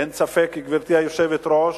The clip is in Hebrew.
אין ספק, גברתי היושבת-ראש,